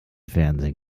fernsehen